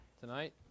tonight